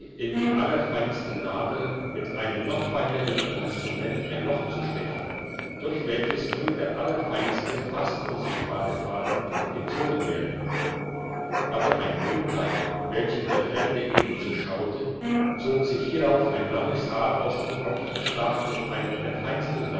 in die allerfeinsten nadeln mit einem noch feinern instrument ein loch zu stechen durch welches nur der allerfeinste fast unsichtbare faden kann gezogen werden aber ein mägdlein welchem der fremde eben zuschaute zog sich hierauf ein langes haar aus dem kopfe stach mit einer der feinsten